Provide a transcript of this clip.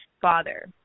father